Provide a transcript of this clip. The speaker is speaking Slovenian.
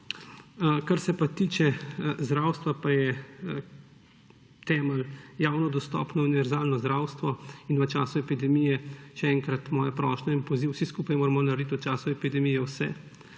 Kar se tiče zdravstva, pa je temelj javno dostopno in univerzalno zdravstvo. V času epidemije še enkrat moja prošnja in poziv, vsi skupaj moramo narediti v času epidemije vse,